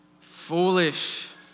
Foolish